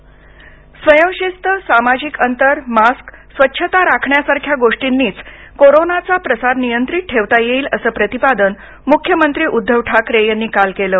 ठाकरे स्वयंशिस्त सामाजिक अंतर मास्क स्वच्छता राखण्यासारख्या गोष्टींनीच कोरोनाचा प्रसार नियंत्रित ठेवता येईल असं प्रतिपादन मुख्यमंत्री उध्दव ठाकरे यांनी काल केलं